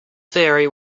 theory